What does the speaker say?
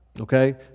okay